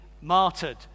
martyred